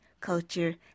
culture